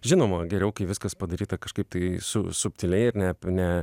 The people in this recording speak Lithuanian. žinoma geriau kai viskas padaryta kažkaip tai su subtiliai ir ne ne